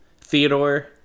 Theodore